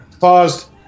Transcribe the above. Paused